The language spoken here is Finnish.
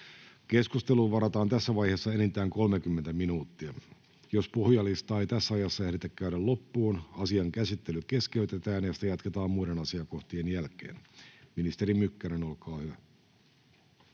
Keskusteluun varataan tässä vaiheessa enintään 30 minuuttia. Jos puhujalistaa ei tässä ajassa ehditä käydä loppuun, asian käsittely keskeytetään ja sitä jatketaan muiden asiakohtien jälkeen. — Ministeri Mykkänen, olkaa hyvä.